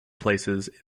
places